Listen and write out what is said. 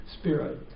spirit